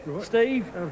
Steve